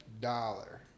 dollar